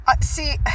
See